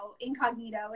incognito